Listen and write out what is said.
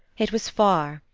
it was far,